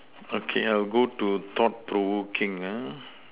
okay I will go to thought provoking ah